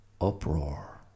uproar